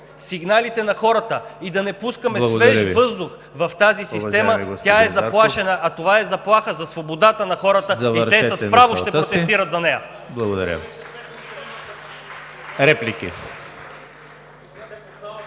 сигналите на хората и да не пускаме свеж въздух в тази система, тя е заплашена, а това е заплаха за свободата на хората и те с право ще протестират за нея.